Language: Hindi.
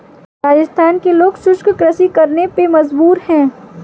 राजस्थान के लोग शुष्क कृषि करने पे मजबूर हैं